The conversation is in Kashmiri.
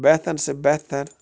بہتر سے بہتر